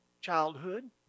childhood